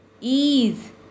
ease